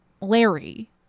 Larry